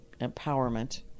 empowerment